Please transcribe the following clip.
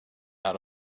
out